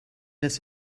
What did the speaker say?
das